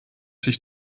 sich